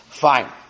Fine